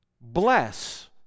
Bless